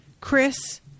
Chris